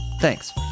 Thanks